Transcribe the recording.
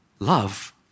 Love